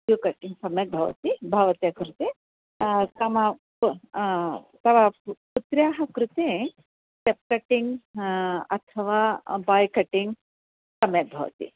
you cutting सम्यक् भवति भवत्याः कृते समा तव पुत्राः कृते स्टेप् कटिङ्ग् अथवा बाय् कटिङ्ग् सम्यक् भवति